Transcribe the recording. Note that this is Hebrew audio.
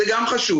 זה גם חשוב.